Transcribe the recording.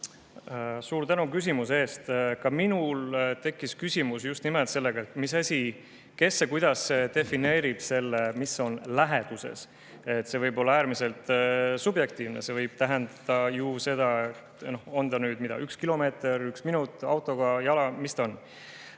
Suur tänu küsimuse eest! Ka minul tekkis küsimus just nimelt selle kohta, et kes ja kuidas defineerib selle, mis on läheduses. See võib olla äärmiselt subjektiivne. See võib tähendada ju seda, et see on üks kilomeeter, üks minut autoga, jala. Mis see on?